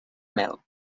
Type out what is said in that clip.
mel